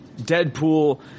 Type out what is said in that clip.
Deadpool